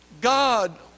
God